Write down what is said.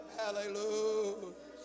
hallelujah